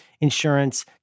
insurance